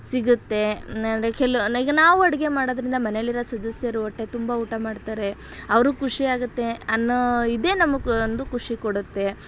ಸಿಗುತ್ತೆ ಕೆಲು ಈಗ ನಾವು ಅಡುಗೆ ಮಾಡೋದರಿಂದ ಮನೆಯಲ್ಲಿರೊ ಸದಸ್ಯರು ಹೊಟ್ಟೆ ತುಂಬ ಊಟ ಮಾಡ್ತಾರೆ ಅವರು ಖುಷಿಯಾಗುತ್ತೆ ಅನ್ನೋ ಇದೇ ನಮಗೆ ಒಂದು ಖುಷಿ ಕೊಡುತ್ತೆ